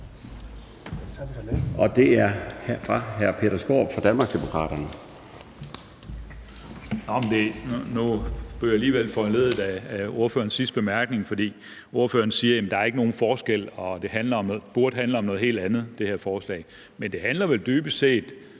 og den er fra hr. Peter Skaarup fra Danmarksdemokraterne.